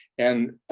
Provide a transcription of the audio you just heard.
and,